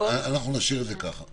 אנחנו נשאיר את זה כך,